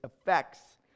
effects